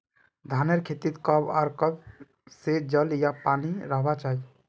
धानेर खेतीत कब आर कब से जल या पानी रहबा चही?